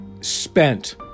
spent